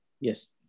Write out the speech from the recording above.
yes